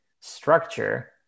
structure